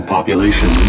population